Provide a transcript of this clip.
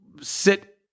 sit